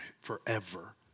forever